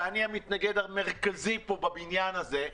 ואני המתנגד המרכזי פה בבניין הזה,